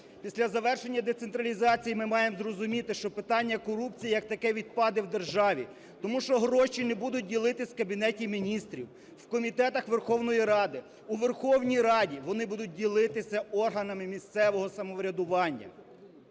Після завершення децентралізації ми маємо зрозуміти, що питання корупції як таке відпаде в державі. Тому що гроші не будуть ділитись в Кабінеті Міністрів, в комітетах Верховної Ради, у Верховній Раді, вони будуть ділитися органами місцевого самоврядування.